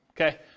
okay